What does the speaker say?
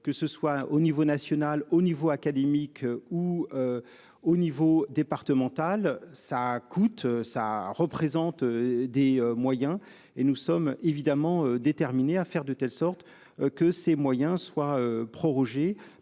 que ce soit au niveau national, au niveau académique ou. Au niveau départemental. Ça coûte, ça représente des moyens et nous sommes évidemment déterminés à faire de telle sorte que ces moyens soient prorogés